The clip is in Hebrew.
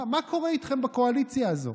מה קורה איתכם בקואליציה הזאת?